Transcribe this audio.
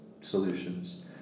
solutions